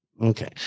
Okay